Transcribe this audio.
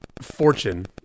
fortune